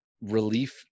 relief